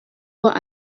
doit